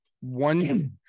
one